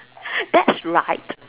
that's right